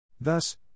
Thus